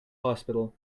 hospital